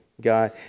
God